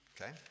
Okay